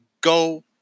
go